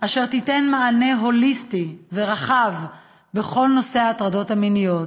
אשר תיתן מענה הוליסטי ורחב בכל נושא ההטרדות המיניות.